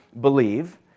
believe